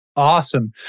Awesome